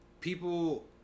people